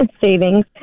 savings